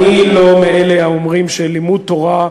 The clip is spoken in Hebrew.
אני לא מאלה האומרים שלימוד תורה,